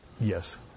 Yes